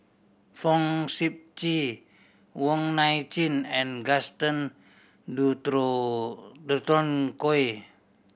Fong Sip Chee Wong Nai Chin and Gaston Dutronquoy